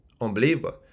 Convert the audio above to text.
unbelievable